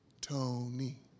Tony